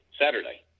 Saturday